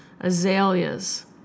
azaleas